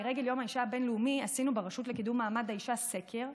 לרגל יום האישה הבין-לאומי עשינו ברשות לקידום מעמד האישה סקר,